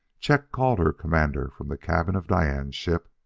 chet called her commander from the cabin of diane's ship.